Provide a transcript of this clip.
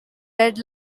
red